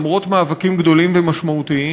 למרות מאבקים גדולים ומשמעותיים,